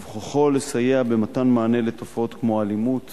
ובכוחו לסייע במתן מענה לתופעות כמו אלימות